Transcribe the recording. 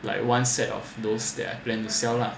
like one set of those that I plan to sell lah